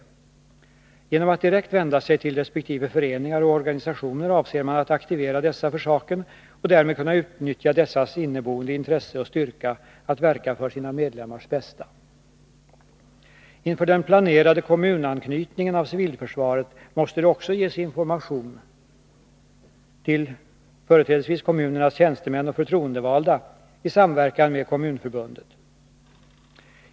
Man avser att, genom att direkt vända sig till resp. föreningar och organisationer, aktivera dessa och därmed kunna utnyttja deras inneboende intresse och styrka att verka för saken och för sina medlemmars bästa. Inför den planerade kommunanknytningen av civilförsvaret måste det också ges information till företrädesvis kommunernas tjänstemän och förtroendevalda i samverkan med Kommunförbundet.